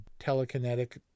telekinetic